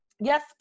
yes